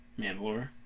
Mandalore